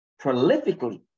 prolifically